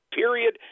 period